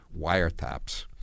wiretaps